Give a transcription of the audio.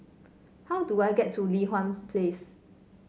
how do I get to Li Hwan Place